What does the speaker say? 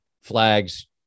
flags